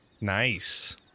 Nice